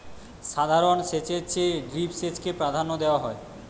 সাধারণ সেচের চেয়ে ড্রিপ সেচকে প্রাধান্য দেওয়া হয়